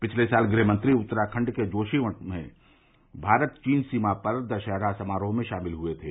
पिछले साल गृहमंत्री उत्तराखंड के जोशीमठ में भारत चीन सीमा पर दशहरा समारोह में शामिल हुए थे